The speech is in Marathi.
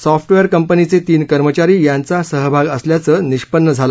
सॉफ्टवेअर कंपनीचे तीन कर्मचारी यांचा सहभाग असल्याचे निष्पन्न झाले